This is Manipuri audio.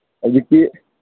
ꯍꯧꯖꯤꯛꯇꯤ